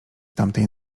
tamtej